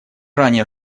ранее